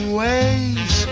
ways